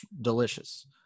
delicious